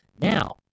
now